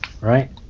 right